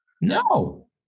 No